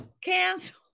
cancel